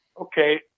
Okay